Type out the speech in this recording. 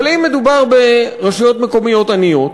אבל אם מדובר ברשויות מקומיות עניות,